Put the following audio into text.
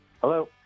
Hello